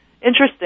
interesting